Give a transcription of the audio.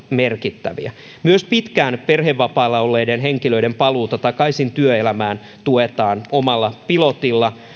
merkittäviä myös pitkään perhevapaalla olleiden henkilöiden paluuta takaisin työelämään tuetaan omalla pilotilla